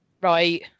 right